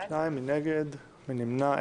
מי נגד, מי נמנע?